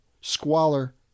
squalor